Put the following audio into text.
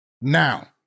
Now